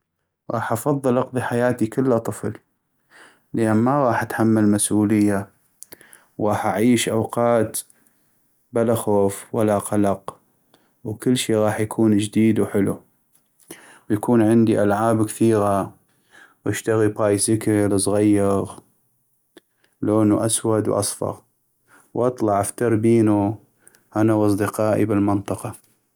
غاح أفضل اقضي حياتي كله طفل ، لان ما غاح أتحمل مسؤولية وغاح اعيش أوقات بلا خوف ولا قلق وكلشي غاح يكون جديد وحلو ، ويكون عندي العاب كثيغا واشتغي بايسكل صغيغ لونو اسود واصفغ واطلع افتر بينو انا واصدقائي بالمنطقة.